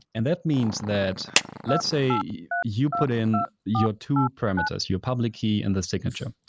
and that means that let's say you you put in your two parameters, your public key and the signature.